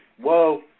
Whoa